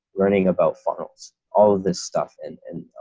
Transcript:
learning about funnels, all of this stuff, and